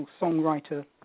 Songwriter